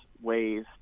ways